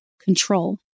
control